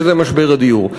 שהיא משבר הדיור.